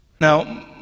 Now